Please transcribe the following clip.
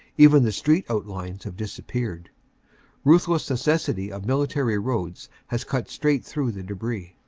even the street outlines have disappeared ruthless necessity of military roads has cut straight through the debris.